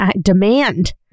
demand